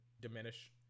diminish